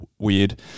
Weird